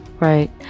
Right